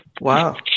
Wow